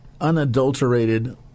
unadulterated